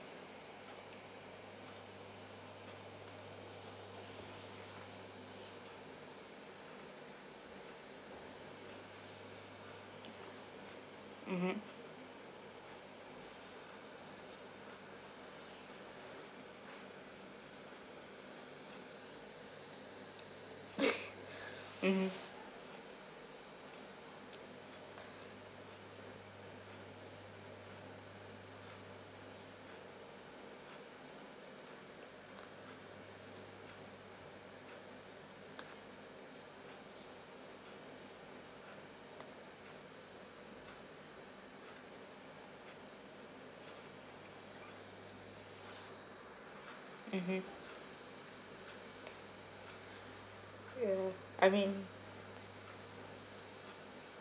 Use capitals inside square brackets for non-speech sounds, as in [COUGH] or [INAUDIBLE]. mmhmm [LAUGHS] mmhmm mmhmm yeah I mean